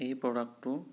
এই প্ৰডাক্টটো